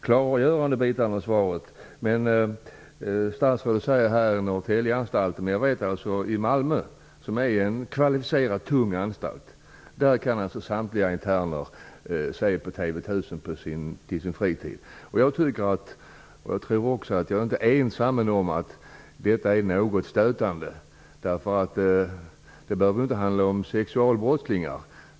Fru talman! Jag tackar för de klargörande delarna av svaret. Statsrådet nämner Norrtäljeanstalten, men jag känner till situationen på Malmöanstalten, som alltså är en mycket tung anstalt. Där kan samtliga interner se på TV 1000 på sin fritid. Jag är nog inte ensam om att tycka att detta är något stötande. Det behöver inte handla om sexualbrottslingar.